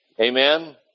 Amen